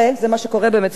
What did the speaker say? זה מה שקורה במציאות,